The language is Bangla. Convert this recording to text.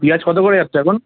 পিঁয়াজ কতো করে যাচ্ছে এখন